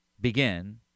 begin